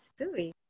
story